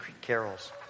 carols